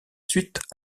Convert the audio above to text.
suite